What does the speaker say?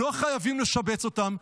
לא חייבים לשבץ אותם.